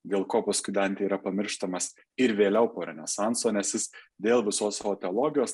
dėl ko paskui dantė yra pamirštamas ir vėliau po renesanso nes jis dėl visos ontologijos